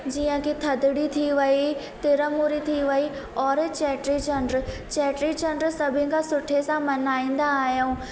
जीअं कि थधिड़ी थी वई तिरमूरी थी वई और चेटीचंडु चेटीचंडु सभिनि खां सुठे सां मल्हाईंदा आहियूं